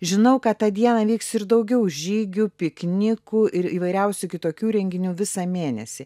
žinau kad tą dieną vyks ir daugiau žygių piknikų ir įvairiausių kitokių renginių visą mėnesį